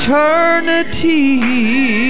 Eternity